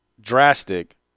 drastic